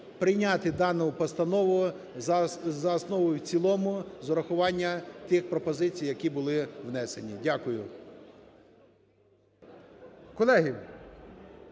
прийняти дану постанову за основу і в цілому з урахування тих пропозицій, які були внесені. Дякую.